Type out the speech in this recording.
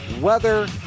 Weather